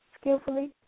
skillfully